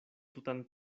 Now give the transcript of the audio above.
tutan